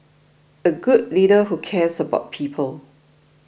a good leader who cares about people